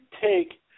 take